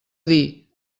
dir